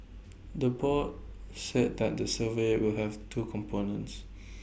the board said that the survey will have two components